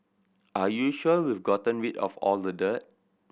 are you sure we've gotten rid of all the dirt